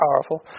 powerful